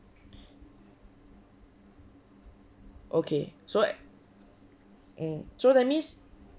okay so eh mm so that means